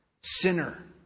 sinner